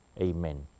Amen